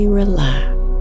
relax